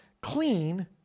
clean